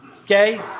Okay